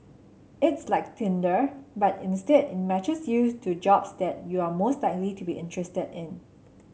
it's like tinder but instead it matches yours to jobs that you are most likely to be interested in